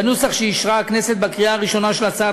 בנוסח שאישרה הכנסת בקריאה הראשונה של הצעת